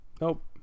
nope